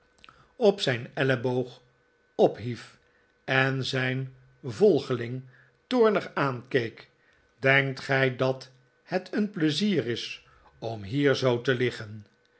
op zijn elleboog ophief en zijn volgeling toornig aankeek denkt gij dat het een pleizier is om hier zoo te liggen